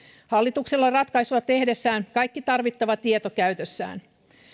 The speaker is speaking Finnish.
hallituksella oli ratkaisua tehdessään kaikki tarvittava tieto käytössään